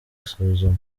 isuzuma